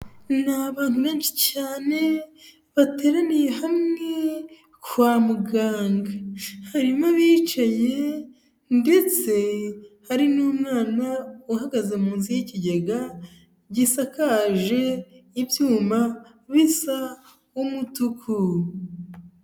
Ni abantu benshi cyane bateraniye hamwe kwa muganga, harimo abicaye ndetse hari n'umwana, uhagaze munsi y'ikigega gisakaje ibyuma bisa umutuku.